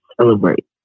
celebrate